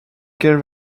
quelle